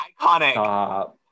Iconic